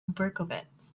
berkowitz